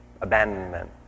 abandonment